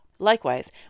Likewise